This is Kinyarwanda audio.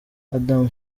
adam